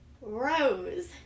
rose